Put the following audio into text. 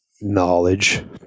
knowledge